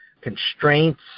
constraints